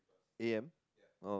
A_M oh